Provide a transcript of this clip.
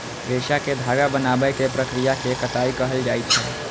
रेशा कें धागा बनाबै के प्रक्रिया कें कताइ कहल जाइ छै